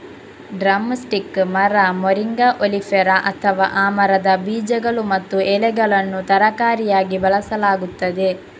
drum stick ಮರ, moringa oleifera, ಅಥವಾ ಆ ಮರದ ಬೀಜಗಳು ಮತ್ತು ಎಲೆಗಳನ್ನು ತರಕಾರಿಯಾಗಿ ಬಳಸಲಾಗುತ್ತದೆ